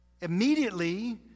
Immediately